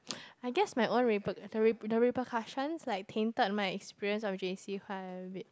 I guess my own reper~ the reper~ the repercussions like tinted my experience of j_c quite a bit